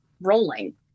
rolling